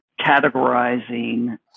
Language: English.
categorizing